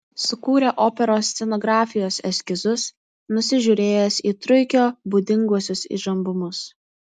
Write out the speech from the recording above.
sukūrė operos scenografijos eskizus nusižiūrėjęs į truikio būdinguosius įžambumus